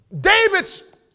David's